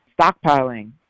stockpiling